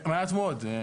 מעט מאוד.